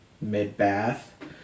mid-bath